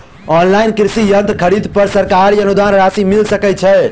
Online कृषि यंत्र खरीदे पर सरकारी अनुदान राशि मिल सकै छैय?